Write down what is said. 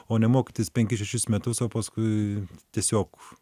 o ne mokytis penkis šešis metus o paskui tiesiog